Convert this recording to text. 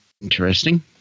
Interesting